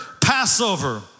Passover